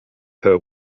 per